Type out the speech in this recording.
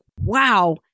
wow